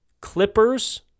Clippers